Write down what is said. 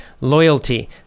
loyalty